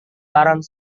barang